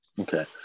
Okay